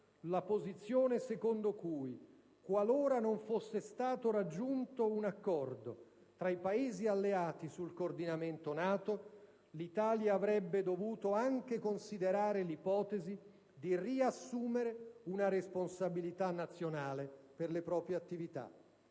la posizione secondo cui, qualora non fosse stato raggiunto un accordo tra i Paesi alleati sul coordinamento NATO, l'Italia avrebbe dovuto anche considerare l'ipotesi di riassumere una responsabilità nazionale per le proprie attività.